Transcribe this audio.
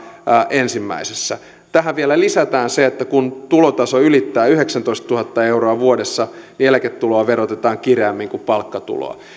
ensimmäisessä tähän vielä lisätään se että kun tulotaso ylittää yhdeksäntoistatuhatta euroa vuodessa niin eläketuloa verotetaan kireämmin kuin palkkatuloa